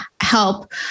help